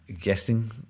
guessing